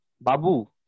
Babu